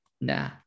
nah